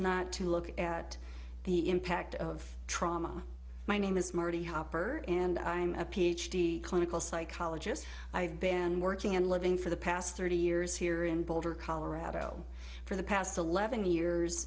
not to look at the impact of trauma my name is marty hopper and i'm a ph d clinical psychologist i have been working and living for the past thirty years here in boulder colorado for the past eleven years